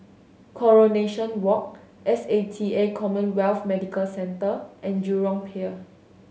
Coronation Walk S A T A CommHealth Medical Centre and Jurong Pier